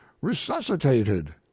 resuscitated